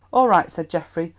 all right, said geoffrey,